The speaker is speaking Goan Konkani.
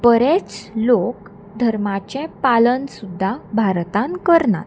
बरेच लोक धर्माचें पालन सुद्दां भारतान करनात